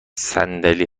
صندلی